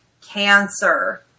cancer